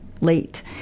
late